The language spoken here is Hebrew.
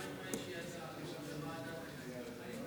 הוא לא